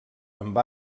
amb